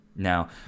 Now